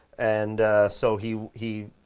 and so he, he,